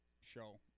show